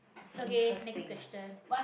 okay next question